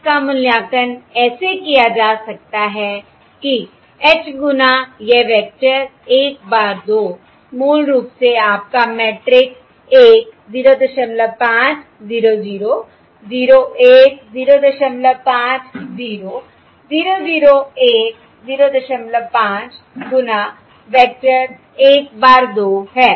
इसका मूल्यांकन ऐसे किया जा सकता है कि H गुना यह वेक्टर 1 बार 2 मूल रूप से आपका मैट्रिक्स 1 05 0 0 0 1 05 0 0 0 1 05 गुना वेक्टर 1 बार 2 है